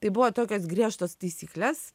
tai buvo tokios griežtas taisyklės